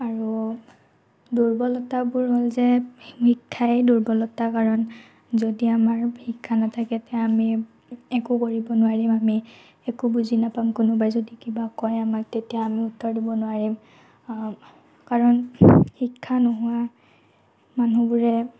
আৰু দুৰ্বলতাবোৰ হ'ল যে শিক্ষাই দুৰ্বলতা কাৰণ যদি আমাৰ শিক্ষা নাথাকে তেতিয়া আমি একো কৰিব নোৱাৰিম আমি একো বুজি নাপাম কোনোবাই যদি কিবা কয় আমাক তেতিয়া আমি উত্তৰ দিব নোৱাৰিম কাৰণ শিক্ষা নোহোৱা মানুহবোৰে